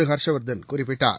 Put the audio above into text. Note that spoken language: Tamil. ஹர்ஷ்வர்தன் குறிப்பிட்டார்